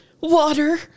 water